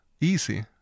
easy